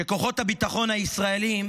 שכוחות הביטחון הישראלים